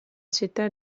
città